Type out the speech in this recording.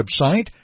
website